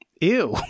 Ew